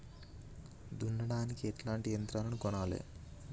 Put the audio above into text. దున్నడానికి ఎట్లాంటి యంత్రాలను కొనాలే?